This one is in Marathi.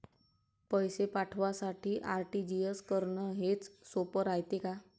पैसे पाठवासाठी आर.टी.जी.एस करन हेच सोप रायते का?